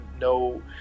No